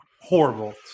horrible